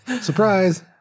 Surprise